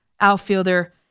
outfielder